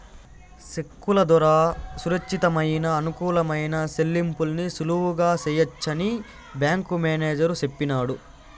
సెక్కుల దోరా సురచ్చితమయిన, అనుకూలమైన సెల్లింపుల్ని సులువుగా సెయ్యొచ్చని బ్యేంకు మేనేజరు సెప్పినాడు